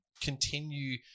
continue